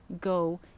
go